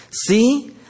See